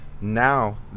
now